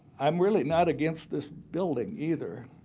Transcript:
i'm really not against this building, either.